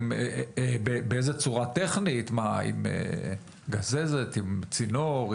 באיזה צורה טכנית, עם גזזת, עם צינור?